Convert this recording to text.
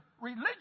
religion